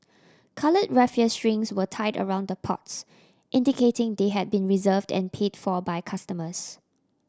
coloured raffia strings were tied around the pots indicating they had been reserved and paid for by customers